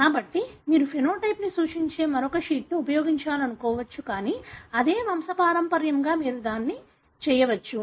కాబట్టి మీరు ఫెనోటైప్ ని సూచించే మరొక షీట్ను ఉపయోగించాలనుకోవచ్చుకానీ అదే వంశపారంపర్యంగా మీరు దీన్ని చేయవచ్చు